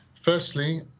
Firstly